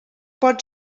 pot